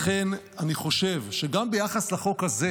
לכן אני חושב שגם ביחס לחוק הזה,